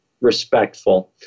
respectful